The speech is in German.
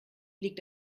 liegt